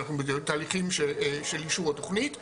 אנחנו בתהליכים של אישור התוכנית,